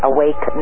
Awake